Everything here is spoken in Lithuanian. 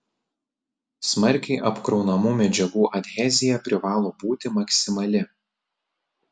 smarkiai apkraunamų medžiagų adhezija privalo būti maksimali